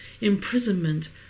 imprisonment